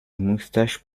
moustache